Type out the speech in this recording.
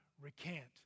recant